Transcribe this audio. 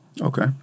Okay